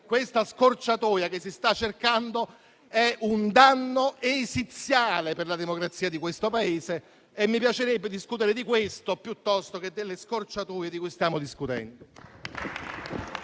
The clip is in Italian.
questo, la scorciatoia che si sta cercando sia un danno esiziale per la democrazia di questo Paese e mi piacerebbe discutere di questo piuttosto che delle scorciatoie di cui stiamo parlando.